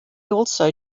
also